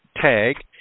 tag